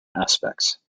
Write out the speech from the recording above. aspects